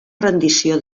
rendició